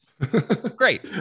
great